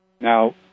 Now